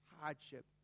hardship